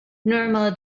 normal